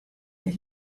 that